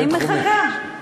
אני מחכה.